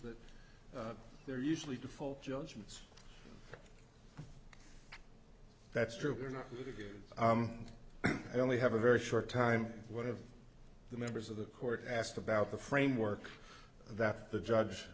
that they're usually default judgments that's true or not only have a very short time one of the members of the court asked about the framework that the judge